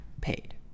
paid